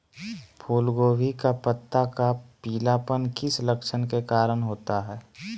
फूलगोभी का पत्ता का पीलापन किस लक्षण के कारण होता है?